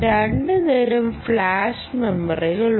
രണ്ട് തരം ഫ്ലാഷ് മെമ്മറികളുണ്ട്